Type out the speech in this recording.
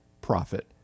profit